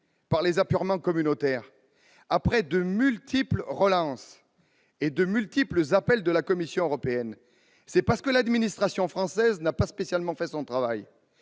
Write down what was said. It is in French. par les apurements communautaires après de multiples appels et relances de la Commission européenne, c'est parce que l'administration française n'a pas spécialement fait son travail.